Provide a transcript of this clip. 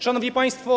Szanowni Państwo!